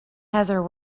heather